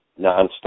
nonstop